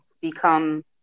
become